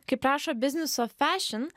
kaip rašo business of fashion